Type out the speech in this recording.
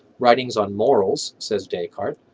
writings on morals, says descartes,